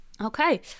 Okay